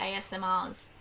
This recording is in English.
ASMRs